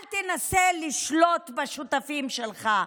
אל תנסה לשלוט בשותפים שלך,